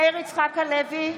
מאיר יצחק הלוי,